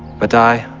but i